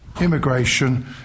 immigration